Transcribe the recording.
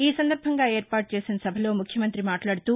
ఈ సందర్బంగా ఏర్పాటుచేసిన సభలో ముఖ్యమంతి మాట్లాడుతూ